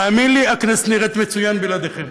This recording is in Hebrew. תאמין לי, הכנסת נראית נהדר בלעדיכם.